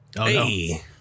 Hey